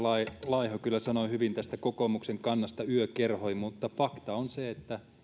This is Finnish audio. laiho kyllä sanoi hyvin tästä kokoomuksen kannasta yökerhoihin mutta fakta on se että